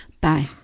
Bye